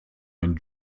einen